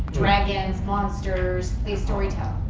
dragons, monsters, they story tell,